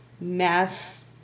mass